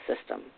system